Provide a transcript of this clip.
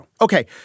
Okay